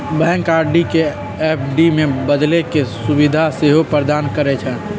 bank RD के FD में बदले के सुभीधा सेहो प्रदान करइ छइ